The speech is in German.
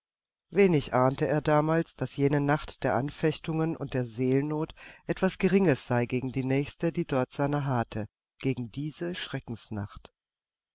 wenig ahnte er damals daß jene nacht der anfechtungen und der seelennot etwas geringes sei gegen die nächste die dort seiner harrte gegen diese